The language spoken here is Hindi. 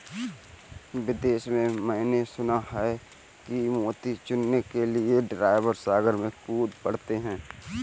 विदेश में मैंने सुना है कि मोती चुनने के लिए ड्राइवर सागर में कूद पड़ते हैं